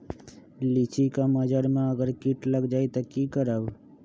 लिचि क मजर म अगर किट लग जाई त की करब?